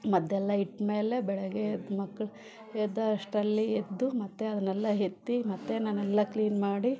ಮದ್ದೆಲ್ಲ ಇಟ್ಟಮೇಲೆ ಬೆಳಗ್ಗೆ ಎದ್ದು ಮಕ್ಳು ಎದ್ದೇಳೋವಷ್ಟರಲ್ಲಿ ಎದ್ದು ಮತ್ತು ಅದನ್ನೆಲ್ಲ ಎತ್ತಿ ಮತ್ತು ನಾನೆಲ್ಲ ಕ್ಲೀನ್ ಮಾಡಿ